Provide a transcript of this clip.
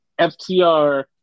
FTR